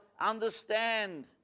understand